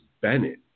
Bennett